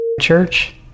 Church